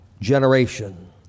generation